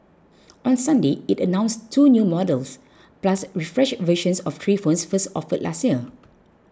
on Sunday it announced two new models plus refreshed versions of three phones first offered last year